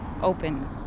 open